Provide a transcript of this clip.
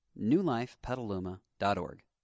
newlifepetaluma.org